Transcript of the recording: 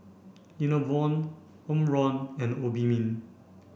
Enervon Omron and Obimin